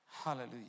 Hallelujah